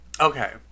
Okay